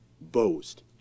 boast